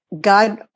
God